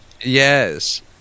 Yes